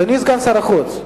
אדוני סגן שר החוץ.